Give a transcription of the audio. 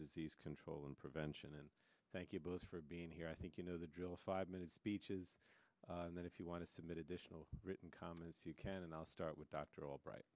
disease control and prevention and thank you both for being here i think you know the drill five minute speech is that if you want to submit additional written comments you can and i'll start with dr albright